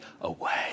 away